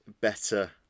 better